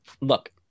Look